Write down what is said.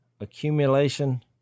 accumulation